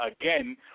again